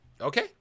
okay